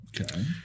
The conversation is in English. Okay